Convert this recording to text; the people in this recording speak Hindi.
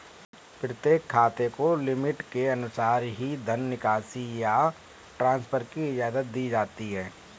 प्रत्येक खाते को लिमिट के अनुसार ही धन निकासी या ट्रांसफर की इजाजत दी जाती है